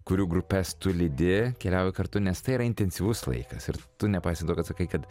kurių grupes tu lydi keliauja kartu nes tai yra intensyvus laikas ir tu nepaisant to kad sakai kad